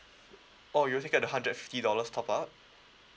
oh you will take up the hundred fifty dollars top up